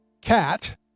cat